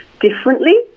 differently